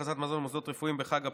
הכנסת מזון למוסדות רפואיים בחג הפסח),